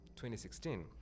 2016